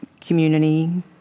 community